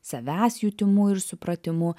savęs jutimu ir supratimu